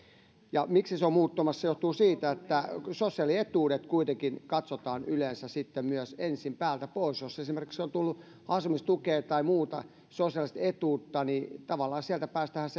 se miksi se on muuttumassa johtuu siitä että sosiaalietuudet kuitenkin katsotaan yleensä myös ensin päältä pois jos esimerkiksi on tullut asumistukea tai muuta sosiaalista etuutta niin tavallaan sieltä päästähän